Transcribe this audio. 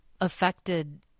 affected